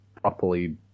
properly